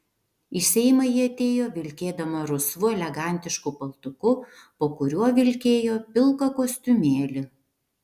į seimą ji atėjo vilkėdama rusvu elegantišku paltuku po kuriuo vilkėjo pilką kostiumėlį